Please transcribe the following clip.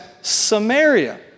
Samaria